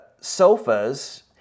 sofas